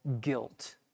guilt